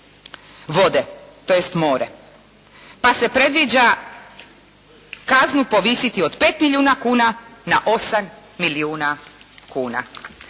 vode, tj. more. Pa se predviđa kaznu povisiti od pet milijuna kuna na osam milijuna kuna.